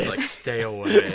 stay away